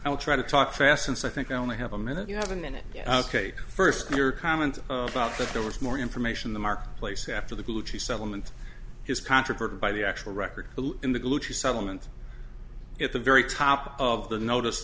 i will try to talk fast since i think i only have a minute you have a minute ok first your comment about that there was more information the marketplace after the settlement has controverted by the actual record in the gucci settlement at the very top of the notice